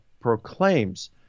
proclaims